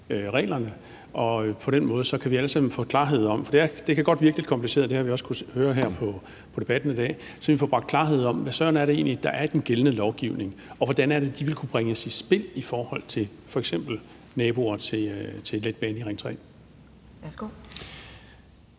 reglerne og alle sammen på den måde kan få klarhed om det. Det kan godt virke lidt kompliceret, hvilket vi også har kunnet høre på debatten her i dag. Så det handler altså om at få klarhed om, hvad søren det egentlig er, der er i den gældende lovgivning, og hvordan det er, den vil kunne bringes i spil i forhold til f.eks. naboer til letbanen i Ring 3.